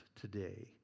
today